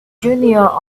junior